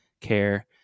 care